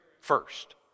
first